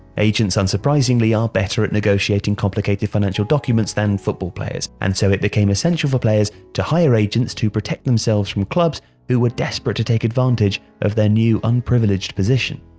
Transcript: agents, unsurprisingly, are better at negotiating complicated financial documents than football players, and so it became essential for players to hire agents to protect themselves from clubs who were desperate to take advantage of their new, unprivileged position.